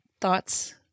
thoughts